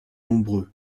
nombreux